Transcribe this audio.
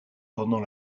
pendant